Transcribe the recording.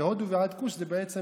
והודו ועד כוש זה בעצם